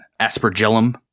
aspergillum